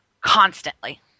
constantly